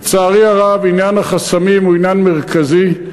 לצערי הרב, עניין החסמים הוא עניין מרכזי.